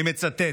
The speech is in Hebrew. אני מצטט,